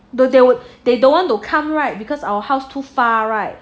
but they were they don't want to come right because our house too far right